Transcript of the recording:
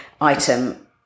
item